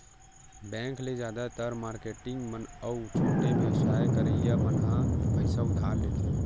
bank ले जादातर marketing मन अउ छोटे बेवसाय करइया मन ह पइसा उधार लेथे